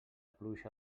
pluja